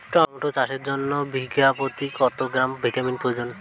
Tomato চাষের জন্য বিঘা প্রতি কত গ্রাম ভিটামিন প্রয়োজন?